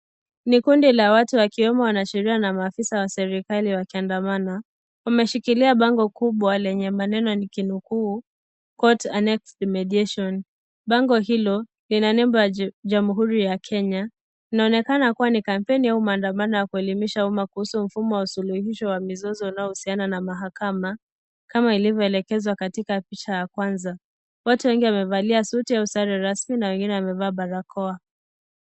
Ni kundi la watu wakiwemo wanasheria na maafisa wa serikali wakiandamana. Wameshikilia bango kubwa lenye maneno nikinukuu Court Annexed Mediation . Bango hilo lina nembo ya Jamhuri ya Kenya. Inaonekana kuwa ni kampeni au mandamano ya kuelimisha umma kuhusu mfumo wa suluhisho wa mizozo inayohusiana na mahakama, kama iliyvoelekezwa katika picha ya kwanza. Watu wengi wamevalia suti au sare rasmi na wengine wamevaa barakoa.